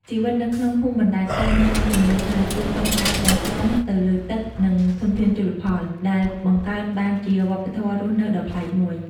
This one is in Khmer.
ជីវិតនៅក្នុងភូមិបណ្ដែតទឹកនៅបឹងទន្លេសាប គឺពឹងផ្អែកទាំងស្រុងទៅលើទឹក និងធនធានជលផល ដែលបង្កើតបានជាវប្បធម៌រស់នៅដ៏ប្លែកមួយ។